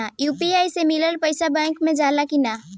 UPI से मिलल पईसा बैंक मे जाला की नाहीं?